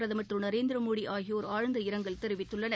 பிரதமர் திரு நரேந்திரமோடிஆகியோர் ஆழ்ந்த இரங்கல் தெரிவித்துள்ளனர்